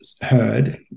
heard